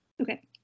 okay